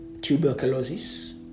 tuberculosis